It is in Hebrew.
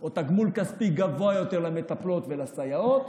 או תגמול כספי גבוה יותר למטפלות ולסייעות,